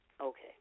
Okay